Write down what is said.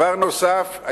דבר נוסף,